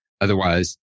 Otherwise